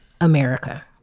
America